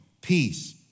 peace